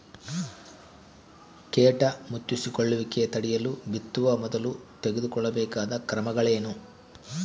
ಕೇಟ ಮುತ್ತಿಕೊಳ್ಳುವಿಕೆ ತಡೆಯಲು ಬಿತ್ತುವ ಮೊದಲು ತೆಗೆದುಕೊಳ್ಳಬೇಕಾದ ಕ್ರಮಗಳೇನು?